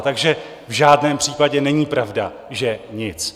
Takže v žádném případě není pravda, že nic.